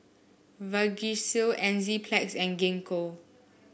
Vagisil Enzyplex and Gingko